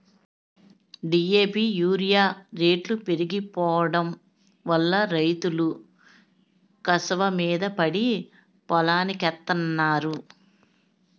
DAP urea రేట్లు పెరిగిపోడంవల్ల రైతులు కసవమీద పడి పొలానికెత్తన్నారు